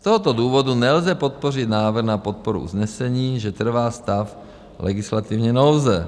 Z tohoto důvodu nelze podpořit návrh na podporu usnesení, že trvá stav legislativní nouze.